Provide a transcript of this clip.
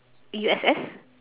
U_S_S